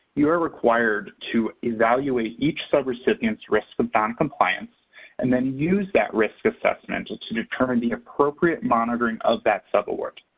you are required to evaluate each subrecipient's risk of noncompliance and then use that risk assessment to determine the appropriate monitoring of that subaward.